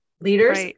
leaders